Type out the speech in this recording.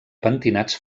pentinats